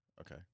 Okay